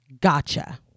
gotcha